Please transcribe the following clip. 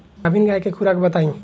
गाभिन गाय के खुराक बताई?